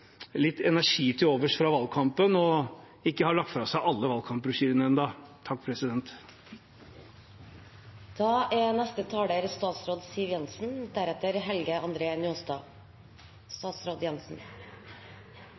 litt energi til overs fra valgkampen og ikke har lagt fra seg alle